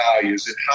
values